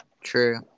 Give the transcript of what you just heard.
True